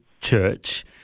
Church